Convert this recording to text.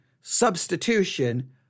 substitution